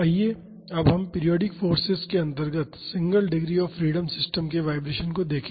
आइए अब हम पीरियाडिक फोर्सेज के अंतर्गत single degree of freedom systems के वाइब्रेशन को देखें